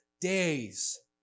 days